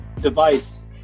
device